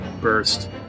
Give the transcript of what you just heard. burst